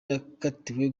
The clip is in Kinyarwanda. yakatiwe